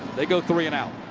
they go three and out.